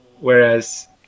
whereas